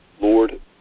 Lord